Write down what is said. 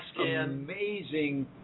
amazing